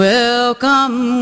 Welcome